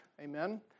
Amen